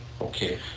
okay